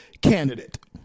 candidate